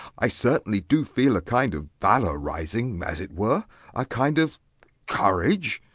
i certainly do feel a kind of valour rising as it were a kind of courage,